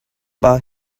but